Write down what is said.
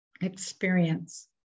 experience